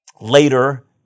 Later